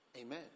Amen